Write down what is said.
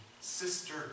sister